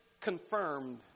confirmed